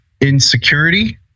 insecurity